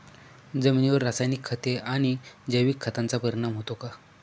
जमिनीवर रासायनिक खते आणि जैविक खतांचा परिणाम होतो का?